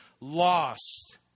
lost